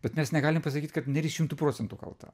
bet mes negalim pasakyt kad neris šimtu procentų kalta